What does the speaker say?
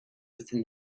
within